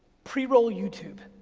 pre-roll youtube.